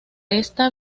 esta